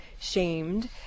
shamed